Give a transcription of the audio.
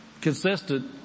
consistent